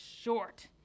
short